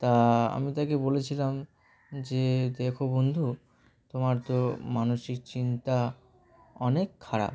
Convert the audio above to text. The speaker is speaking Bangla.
তা আমি তাকে বলেছিলাম যে দেখো বন্ধু তোমার তো মানসিক চিন্তা অনেক খারাপ